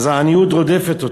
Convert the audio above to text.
העניות רודפת אותו.